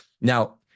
Now